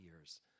years